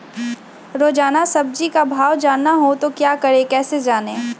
रोजाना सब्जी का भाव जानना हो तो क्या करें कैसे जाने?